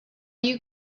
you